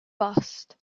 bust